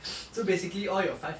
so basically all your five